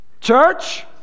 church